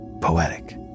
poetic